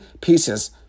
pieces